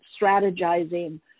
strategizing